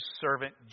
servant